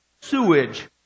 Sewage